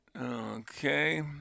Okay